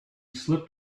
slipped